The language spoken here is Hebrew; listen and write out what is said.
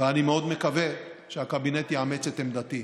ואני מאוד מקווה שהקבינט יאמץ את עמדתי.